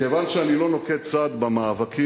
כיוון שאני לא נוקט צד במאבקים